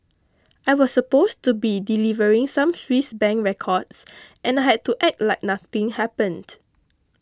I was supposed to be delivering some Swiss Bank records and I had to act like nothing happened